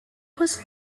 was